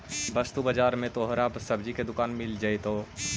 वस्तु बाजार में तोहरा सब्जी की दुकान मिल जाएतो